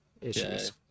issues